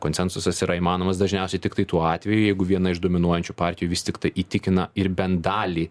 konsensusas yra įmanomas dažniausiai tiktai tuo atveju jeigu viena iš dominuojančių partijų vis tiktai įtikina ir bent dalį